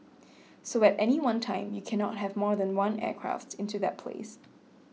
so at any one time you cannot have more than one aircraft into that place